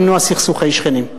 למנוע סכסוכי שכנים,